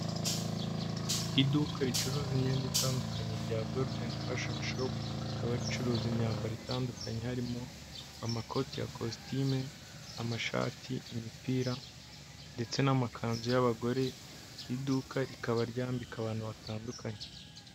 Iduka ricuruza imyenda itandukanye rya gorudeni fashoni shopu, rikaba ricuruza imyambaro itandukanye harimo amakoti ya kositime, amashati, imipira, ndetse n'amakanzu y'abagore, iduka rikaba ryambika abantu batandukanye.